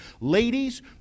ladies